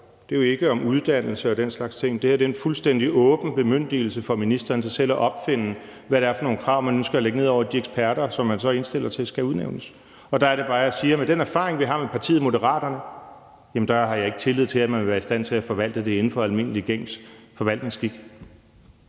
uddannelse og den slags ting. Det her er jo en fuldstændig åben bemyndigelse til ministeren til selv at opfinde, hvad det er for nogle krav, man nogle ønsker at lægge ned over de eksperter, som man så indstiller til skal udnævnes. Der er det bare, jeg siger, at med den erfaring, vi har med partiet Moderaterne, har jeg ikke tillid til, at man vil være i stand til at forvalte det inden for almindelig gængs forvaltningsskik.